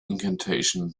incantation